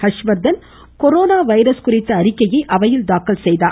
Harshvardhan corona virus குறித்த அறிக்கையை அவையில் தாக்கல் செய்தார்